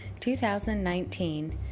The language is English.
2019